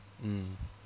mm